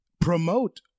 promote